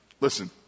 Listen